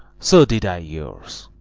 so did i yours.